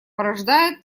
порождает